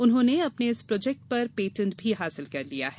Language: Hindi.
उन्होंने अपने इस प्रोजेक्ट पेटेन्ट भी हासिल कर लिया है